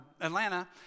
Atlanta